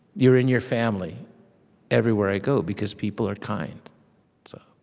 you're in your family everywhere i go, because people are kind so